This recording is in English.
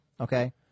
Okay